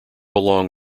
along